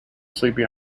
sleepy